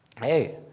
hey